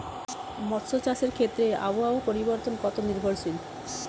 মৎস্য চাষের ক্ষেত্রে আবহাওয়া পরিবর্তন কত নির্ভরশীল?